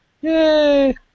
Yay